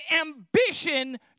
ambition